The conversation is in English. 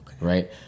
Right